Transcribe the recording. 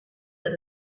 that